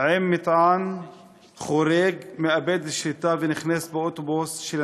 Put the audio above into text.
עם מטען חורג מאבדת שליטה ונכנסת באוטובוס,